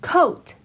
Coat